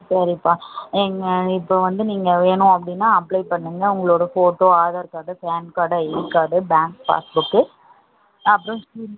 சரிப்பா நீங்கள் இப்போ வந்து நீங்கள் வேணும் அப்படினா அப்ளை பண்ணுங்கள் உங்களோட photo Aadhaar card PAN card ID card bank pass book அப்புறம்